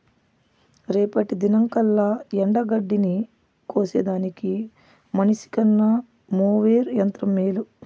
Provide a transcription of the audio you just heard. రేపటి దినంకల్లా ఎండగడ్డిని కోసేదానికి మనిసికన్న మోవెర్ యంత్రం మేలు